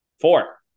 Four